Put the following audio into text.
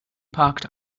parked